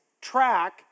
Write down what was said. track